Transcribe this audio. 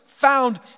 found